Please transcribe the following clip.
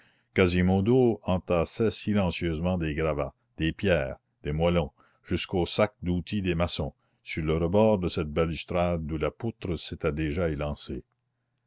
quasimodo entassait silencieusement des gravats des pierres des moellons jusqu'aux sacs d'outils des maçons sur le rebord de cette balustrade d'où la poutre s'était déjà élancée